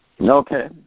Okay